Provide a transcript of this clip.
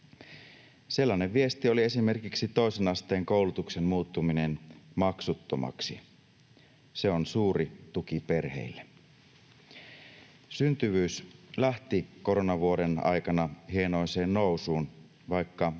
Sellainen viesti oli esimerkiksi toisen asteen koulutuksen muuttuminen maksuttomaksi. Se on suuri tuki perheille. Syntyvyys lähti koronavuoden aikana hienoiseen nousuun, vaikka edelleen